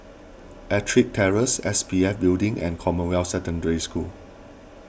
Ettrick Terrace S P F Building and Commonwealth Secondary School